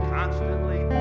constantly